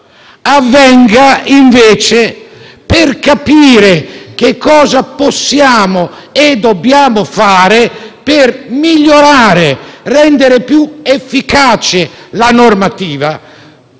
ma lavori per capire invece che cosa possiamo e dobbiamo fare per migliorare e rendere più efficace la normativa,